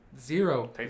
Zero